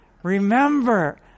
Remember